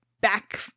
back